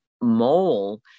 mole